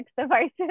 devices